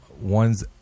ones